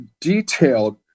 detailed